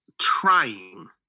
trying